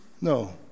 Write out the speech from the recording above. No